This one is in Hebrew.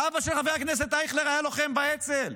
אבא של חבר הכנסת אייכלר היה לוחם באצ"ל.